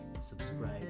subscribe